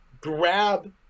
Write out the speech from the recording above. grab